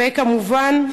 וכמובן,